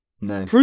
No